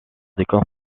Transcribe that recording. décor